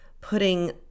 putting